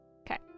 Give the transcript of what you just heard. Okay